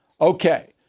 Okay